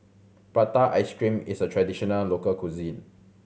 prata ice cream is a traditional local cuisine